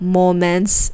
moments